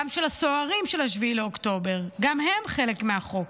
גם של הסוהרים של 7 באוקטובר, גם הן חלק מהחוק,